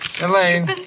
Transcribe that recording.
Elaine